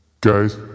Guys